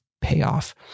payoff